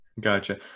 Gotcha